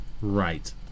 Right